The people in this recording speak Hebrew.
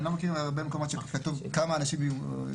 אני לא מכיר הרבה מקומות שכתוב כמה אנשים יהיו.